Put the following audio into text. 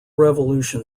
revolution